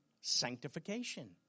sanctification